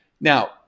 Now